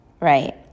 right